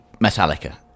Metallica